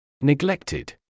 Neglected